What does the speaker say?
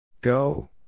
Go